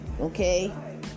Okay